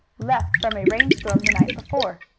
left from a rain-storm the night before.